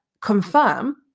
confirm